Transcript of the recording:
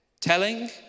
Telling